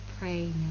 pray